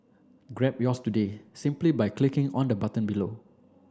grab yours today simply by clicking on the button below